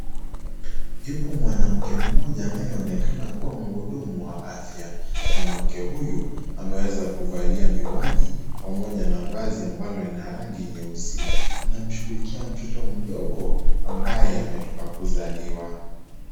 Yupo mwanamke mmoja anayeonekana kuwa muhudumu wa afya. Mwanamke huyu ameweza kuvalia miwani pamoja na vazi ambalo lina rangi nyeusi. Anamshughulikia mtoto mdogo ambaye ametoka kuzaliwa.